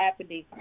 happening